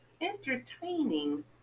entertaining